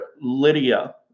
Lydia